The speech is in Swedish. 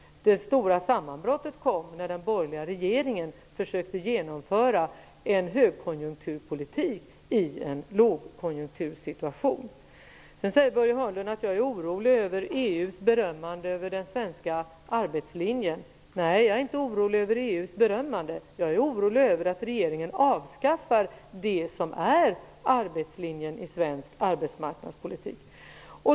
Det stora sammanbrottet kom när den borgerliga regeringen försökte genomföra en högkonjunkturpolitik i en lågkonjunktur. Börje Hörnlund säger att jag är orolig över EU:s beröm av den svenska arbetslinjen. Jag är inte orolig över berömmet. Jag är orolig över att regeringen avskaffar det som är arbetslinjen i svensk arbetsmarknadspolitik.